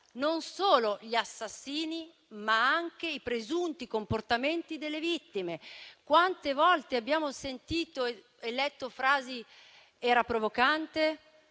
non solo gli assassini, ma anche i presunti comportamenti delle vittime. Quante volte abbiamo sentito e letto frasi che dicevano